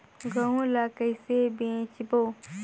गहूं ला कइसे बेचबो?